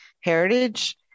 heritage